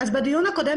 בדיון הקודם